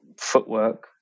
footwork